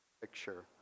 picture